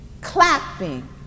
clapping